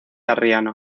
arriano